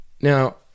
Now